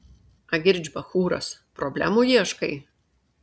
agirdž bachūras problemų ieškai